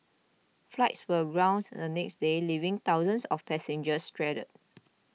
flights were grounded the next day leaving thousands of passengers stranded